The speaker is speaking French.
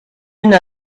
une